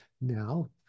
now